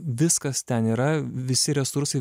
viskas ten yra visi resursai